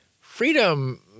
freedom